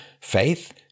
faith